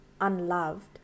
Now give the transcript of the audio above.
unloved